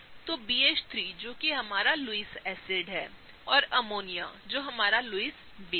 तो BH3जो कि हमारा लुईस एसिड है और अमोनिया जो हमारा लुईस बेस है